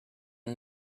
who